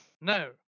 no